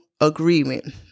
agreement